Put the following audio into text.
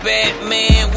Batman